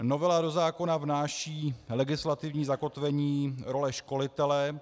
Novela do zákona vnáší legislativní zakotvení role školitele.